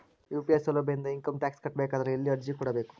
UPI ಸೌಲಭ್ಯ ಇಂದ income tax ಕಟ್ಟಬೇಕಾದರ ಎಲ್ಲಿ ಅರ್ಜಿ ಕೊಡಬೇಕು?